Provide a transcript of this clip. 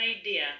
idea